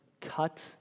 cut